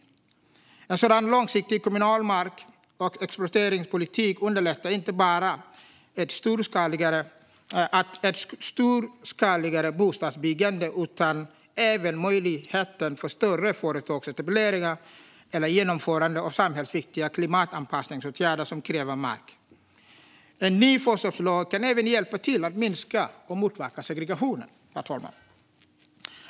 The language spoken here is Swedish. En långsiktig kommunal mark och exploateringspolitik underlättar inte bara ett storskaligare bostadsbyggande utan skapar även möjlighet för större företagsetableringar eller genomförande av samhällsviktiga klimatanpassningsåtgärder som kräver markåtkomst. En ny förköpslag kan även hjälpa till att minska och motverka segregationen, herr talman.